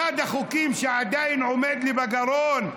אחד החוקים שעדיין עומד לי בגרון,